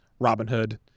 Robinhood